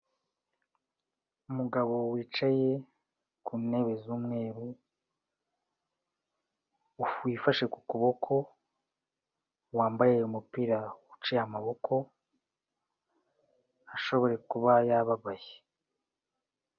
Umugabo wicaye ku ntebe z'umweru wifashe ku kuboko, wambaye umupira uciye amaboko ashobora kuba yababaye.